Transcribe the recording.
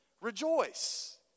Rejoice